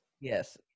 Yes